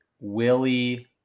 Willie